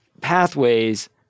pathways